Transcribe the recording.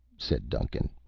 said duncan.